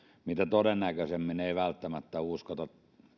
mitä todennäköisimmin niihin määräyksiin ei välttämättä uskota